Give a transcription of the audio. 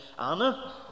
Anna